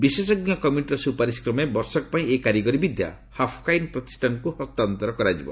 ବିଶେଷଜ୍ଞ କମିଟିର ସୁପାରିଶ କ୍ରମେ ବର୍ଷକ ପାଇଁ ଏହି କାରିଗରୀ ବିଦ୍ୟା ହଫ୍କାଇନ୍ ପ୍ରତିଷ୍ଠାଙ୍କୁ ହସ୍ତାନ୍ତର କରାଯିବ